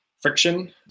friction